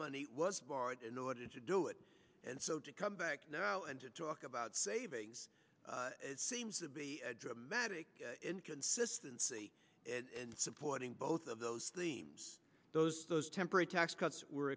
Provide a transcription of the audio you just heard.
money was in order to do it and so to come back and to talk about savings it seems to be a dramatic inconsistency supporting both of those themes those those temporary tax cuts were